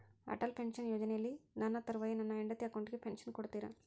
Atal pension ಯೋಜನೆಯಲ್ಲಿ ನನ್ನ ತರುವಾಯ ನನ್ನ ಹೆಂಡತಿ ಅಕೌಂಟಿಗೆ ಪೆನ್ಶನ್ ಕೊಡ್ತೇರಾ?